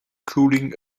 cooling